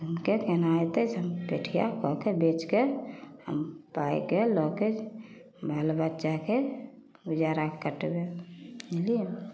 हुनका कोना हेतै जे हम पेठिआके के बेचिके हम पाइके लऽ कऽ बाल बच्चाके गुजारा कटबै बुझलिए